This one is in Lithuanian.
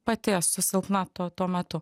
pati esu silpna tuo tuo metu